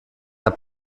herr